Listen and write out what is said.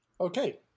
Okay